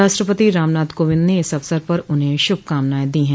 राष्ट्रपति रामनाथ कोविंद ने इस अवसर पर उन्हें श्रभकामनाएं दी हैं